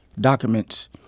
documents